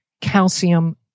calcium